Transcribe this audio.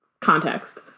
context